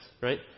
Right